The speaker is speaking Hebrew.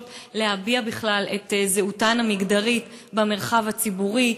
להביע בכלל את זהותן המגדרית במרחב הציבורי,